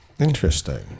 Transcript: Interesting